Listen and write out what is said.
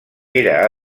era